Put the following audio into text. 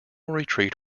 retreat